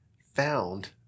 found